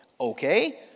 Okay